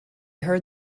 heard